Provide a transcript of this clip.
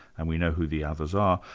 and we know who the others are,